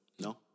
No